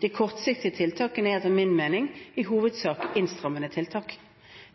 De kortsiktige tiltakene er etter min mening i hovedsak innstrammende tiltak.